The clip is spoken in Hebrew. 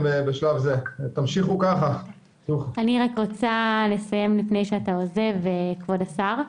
אני רק רוצה להוסיף לפני שאתה עוזב, כבוד השר.